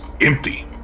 empty